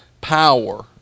power